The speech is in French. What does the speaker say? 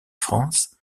france